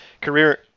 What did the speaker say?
Career